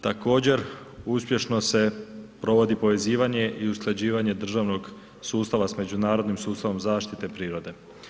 Također uspješno je provodi povezivanje i usklađivanje državnog sustava s međunarodnim sustavom zaštite prirode.